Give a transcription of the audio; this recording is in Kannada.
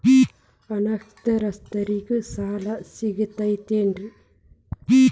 ಅನಕ್ಷರಸ್ಥರಿಗ ಸಾಲ ಸಿಗತೈತೇನ್ರಿ?